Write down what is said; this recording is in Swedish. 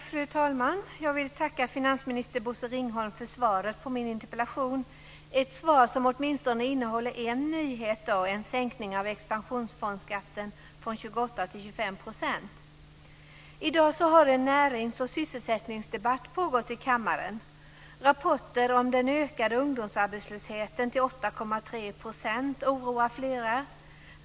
Fru talman! Jag vill tacka finansminister Bosse Ringholm för svaret på min interpellation, ett svar som åtminstone innehåller en nyhet, en sänkning av expansionsfondsskatten från 28 till 25 %. I dag har en närings och sysselsättningsdebatt pågått i kammaren. Rapporter om den ökade ungdomsarbetslösheten till 8,3 % oroar flera.